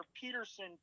Peterson